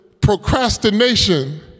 procrastination